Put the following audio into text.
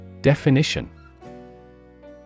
Definition